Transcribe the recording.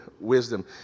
wisdom